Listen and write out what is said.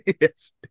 Yes